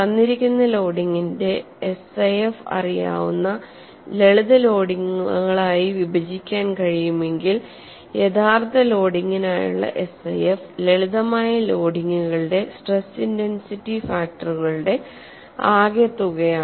തന്നിരിക്കുന്ന ലോഡിംഗിനെ SIF അറിയാവുന്ന ലളിതമായ ലോഡിംഗുകളായി വിഭജിക്കാൻ കഴിയുമെങ്കിൽ യഥാർത്ഥ ലോഡിംഗിനായുള്ള SIF ലളിതമായ ലോഡിംഗുകളുടെ സ്ട്രെസ് ഇന്റെൻസിറ്റി ഫാക്ടറുകളുടെ ആകെത്തുകയാണ്